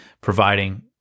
providing